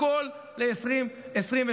הכול ל-2023.